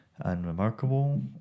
unremarkable